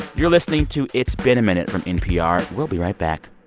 you're listening to it's been a minute from npr. we'll be right back